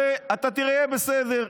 ואתה תראה שיהיה בסדר.